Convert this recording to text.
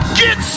get